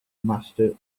master